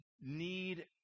need